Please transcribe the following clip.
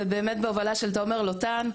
ובאמת בהובלה של תומר לוטן,